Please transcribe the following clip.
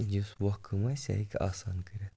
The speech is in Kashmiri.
یُس وۄکھٕ کٲم آسہِ سُہ ہیٚکہِ آسان کٔرِتھ